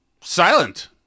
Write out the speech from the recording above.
silent